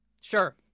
Sure